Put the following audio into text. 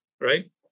right